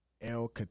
El